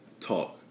talk